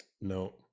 No